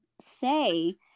say